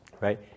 right